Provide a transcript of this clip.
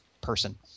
person